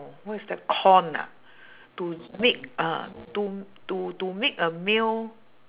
what is that corn ah to make uh to to to make a meal